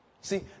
See